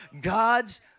God's